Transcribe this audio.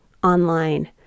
Online